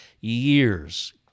years